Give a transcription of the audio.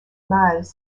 mâles